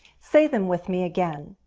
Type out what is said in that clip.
say them with me again.